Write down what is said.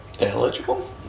eligible